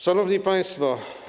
Szanowni Państwo!